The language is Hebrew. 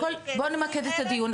את הדיון,